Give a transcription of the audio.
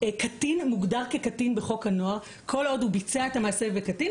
קטין מוגדר כקטין בחוק הנוער כל עוד הוא ביצע את המעשה כקטין